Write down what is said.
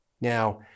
Now